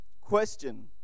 question